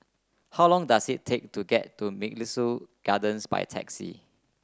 how long does it take to get to Mugliston Gardens by taxi